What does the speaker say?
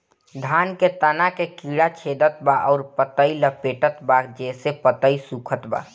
धान के तना के कीड़ा छेदत बा अउर पतई लपेटतबा जेसे पतई सूखत बा?